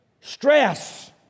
stress